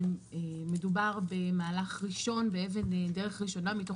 מדובר במהלך ראשון ובאבן דרך ראשונה מתוך